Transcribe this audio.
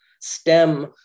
stem